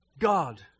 God